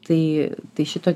tai tai šito